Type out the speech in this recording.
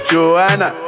Joanna